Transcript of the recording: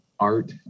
art